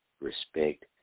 respect